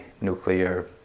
nuclear